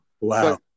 Wow